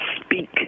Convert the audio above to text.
speak